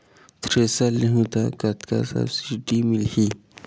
Thresher लेहूं त कतका सब्सिडी मिलही?